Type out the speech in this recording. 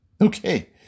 Okay